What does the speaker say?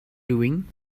doing